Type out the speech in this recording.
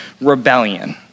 rebellion